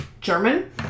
German